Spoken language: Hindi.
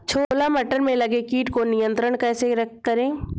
छोला मटर में लगे कीट को नियंत्रण कैसे करें?